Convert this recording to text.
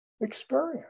experience